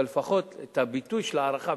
אבל לפחות את הביטוי של ההערכה,